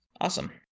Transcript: Awesome